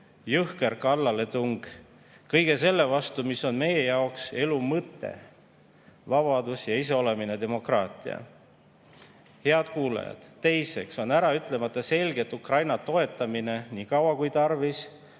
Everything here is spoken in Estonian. jõhker kallaletung kõige selle vastu, mis on meie jaoks elu mõte: vabadus ja iseolemine, demokraatia. Head kuulajad! On ütlematagi selge, et Ukraina toetamine nii kaua kui tarvis